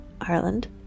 Ireland